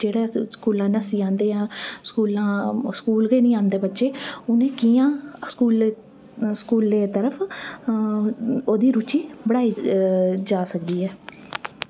जेह्ड़े स्कूला नस्सी जंदे हे स्कूला स्कूल गै निं आंदे बच्चे उनें कियां स्कूलै दी तरफ ओह्दी रुचि बनाई जा सकदी ऐ